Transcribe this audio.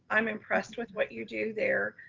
i'm impressed with what you do there.